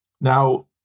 Now